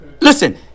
Listen